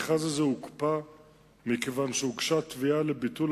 המכרז הזה הוקפא מכיוון שהוגשה תביעה לביטול